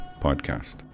podcast